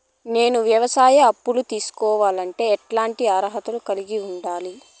నేను వ్యవసాయ అప్పు తీసుకోవాలంటే ఎట్లాంటి అర్హత కలిగి ఉండాలి?